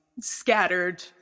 scattered